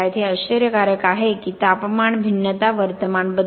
हे आश्चर्यकारक आहे की तापमान भिन्नता वर्तमान बदलते